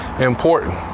important